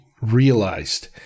realized